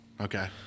Okay